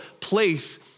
place